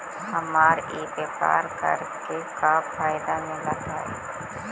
हमरा ई व्यापार करके का फायदा मिलतइ?